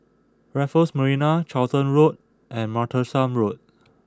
Raffles Marina Charlton Road and Martlesham Road